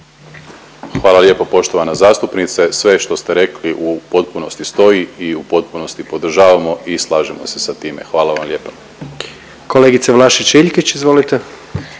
Hvala lijepo poštovana zastupnice, sve što ste rekli u potpunosti stoji i u potpunosti podržavamo i slažemo se sa time, hvala vam lijepo. **Jandroković, Gordan